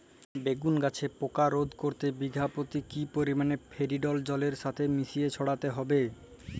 বেগুন গাছে পোকা রোধ করতে বিঘা পতি কি পরিমাণে ফেরিডোল জলের সাথে মিশিয়ে ছড়াতে হবে?